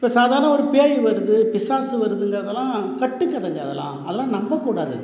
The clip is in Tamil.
இப்போ சாதாரணமாக ஒரு பேய் வருது பிசாசு வருதுங்கிறதுலாம் கட்டு கதைங்கல் அதெல்லாம் அதெல்லாம் நம்பக் கூடாது